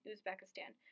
Uzbekistan